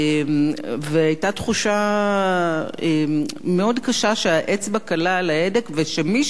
והיתה תחושה מאוד קשה שהאצבע קלה על ההדק ושמישהו,